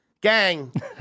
Gang